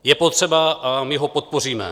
Je potřeba a my ho podpoříme.